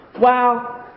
wow